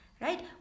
right